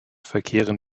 verkehren